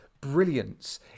brilliance